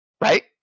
right